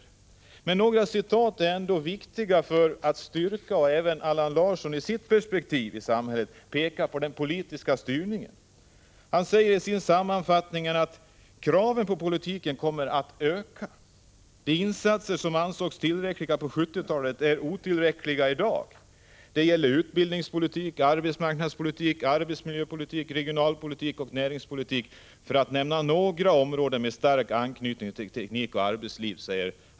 Men även Allan Larsson pekar ur sitt perspektiv på den politiska styrningen. Allan Larsson säger i sin sammanfattning att kraven på politiken kommer att öka: ”De insatser som ansågs tillräckliga på 70-talet är otillräckliga i dag. Det gäller utbildningspolitik, arbetsmarknadspolitik och arbetsmiljöpolitik, regionalpolitik och näringspolitik för att nu nämna några områden med stark anknytning till teknik och arbetsliv.